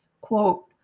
quote